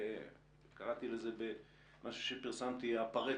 קראתי לזה במשהו שפרסמתי, הפארטו.